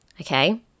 Okay